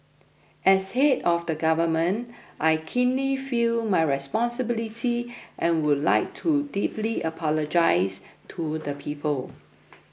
as head of the government I keenly feel my responsibility and would like to deeply apologise to the people